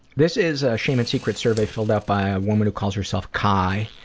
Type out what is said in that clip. this is a shame and secrets survey filled out by a woman who calls herself kai,